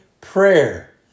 prayer